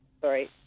sorry